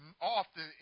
often